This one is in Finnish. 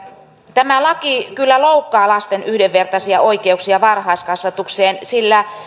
tämä laki kyllä loukkaa lasten yhdenvertaisia oikeuksia varhaiskasvatukseen sillä